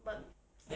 but